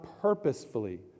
purposefully